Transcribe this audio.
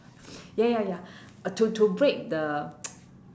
ya ya ya to to break the